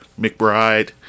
mcbride